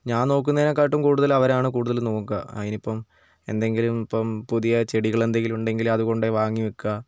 ഞാൻ നോക്കുന്നതിനെക്കാട്ടും കൂടുതൽ അവരാണ് കൂടുതൽ നോക്കുക അതിനിപ്പം എന്തെങ്കിലും ഇപ്പം പുതിയ ചെടികളെന്തെങ്കിലും ഉണ്ടെങ്കിൽ അത് കൊണ്ടുപോയി വാങ്ങി വയ്ക്കുക